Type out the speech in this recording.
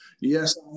Yes